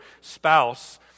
spouse